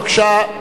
בבקשה,